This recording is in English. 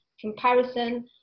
comparison